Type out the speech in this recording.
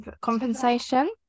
Compensation